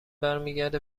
برمیگرده